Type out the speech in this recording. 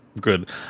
good